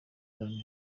nanjye